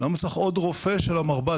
למה צריך עוד רופא של המרב"ד?